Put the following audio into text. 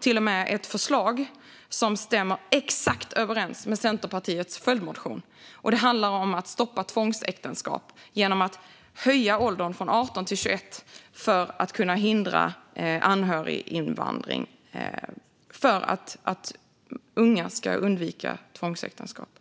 till och med lagt fram ett förslag som stämmer exakt överens med Centerpartiets följdmotion. Det handlar om att stoppa tvångsäktenskap genom att höja åldern från 18 till 21 år, för att kunna hindra anhöriginvandring, för att unga ska undvika tvångsäktenskap.